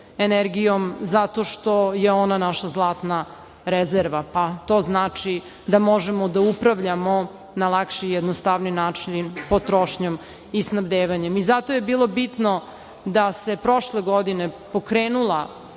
energijom, zato što je ona naša zlatna rezerva, pa to znači da možemo da upravljamo na lakši i jednostavniji način potrošnjom i snabdevanjem. Zato je bilo bitno da se prošle godine pokrenula